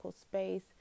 space